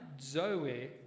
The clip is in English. Zoe